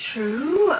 True